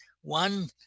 One